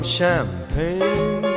champagne